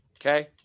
Okay